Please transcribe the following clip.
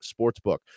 sportsbook